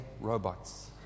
robots